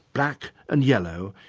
black and yellow,